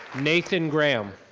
nathan graham.